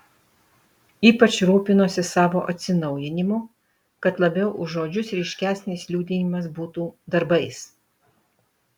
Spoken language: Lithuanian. ypač rūpinosi savo atsinaujinimu kad labiau už žodžius ryškesnis liudijimas būtų darbais